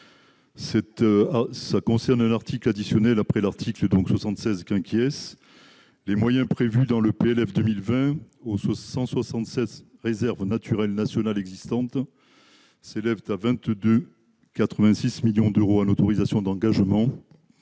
ça concerne un article additionnel après l'article donc 76 qui inquiète les moyens prévus dans le PLF 2020 aux 176 réserves naturelles nationales existantes s'élève à 22 86 millions d'euros en autorisations d'engagement